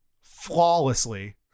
flawlessly